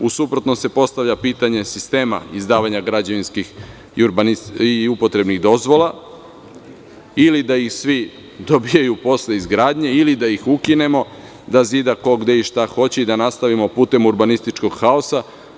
U suprotnom se postavlja pitanje sistema izdavanja građevinskih i upotrebnih dozvola ili da ih svi dobijaju posle izgradnje ili da ih ukinemo, da zida ko, gde i šta hoće i da nastavimo putem urbanističkog haosa.